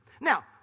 Now